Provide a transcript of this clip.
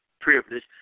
privilege